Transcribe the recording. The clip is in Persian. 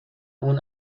اون